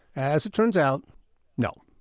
as it turns out no.